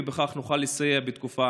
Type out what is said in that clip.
ובכך נוכל לסייע בתקופה